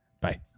Bye